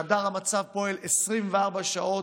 חדר המצב פועל 24 שעות,